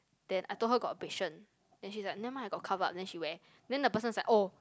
then I told her got abrasion then she's like never mind I got cover up then she wear then the person's like oh